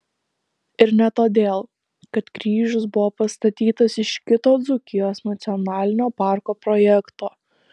ir ne todėl kad kryžius buvo pastatytas iš kito dzūkijos nacionalinio parko projekto